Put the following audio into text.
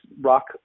rock